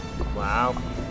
Wow